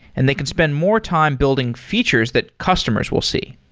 and they can spend more time building features that customers will see.